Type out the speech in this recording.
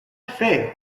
failed